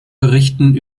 berichten